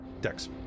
Dex